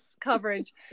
coverage